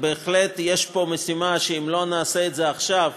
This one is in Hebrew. בהחלט יש פה משימה שאם לא נעשה את זה עכשיו,